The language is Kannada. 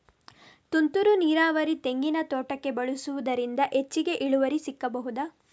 ತುಂತುರು ನೀರಾವರಿ ತೆಂಗಿನ ತೋಟಕ್ಕೆ ಬಳಸುವುದರಿಂದ ಹೆಚ್ಚಿಗೆ ಇಳುವರಿ ಸಿಕ್ಕಬಹುದ?